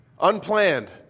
Unplanned